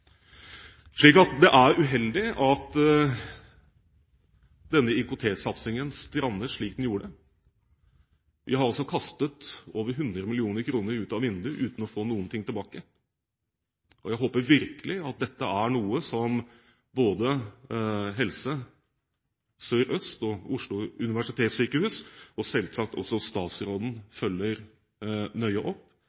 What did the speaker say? det er uheldig at denne IKT-satsingen strandet slik den gjorde. Vi har altså kastet over 100 mill. kr ut av vinduet uten å få noen ting tilbake. Jeg håper virkelig at dette er noe som både Helse Sør-Øst, Oslo universitetssykehus og selvsagt også statsråden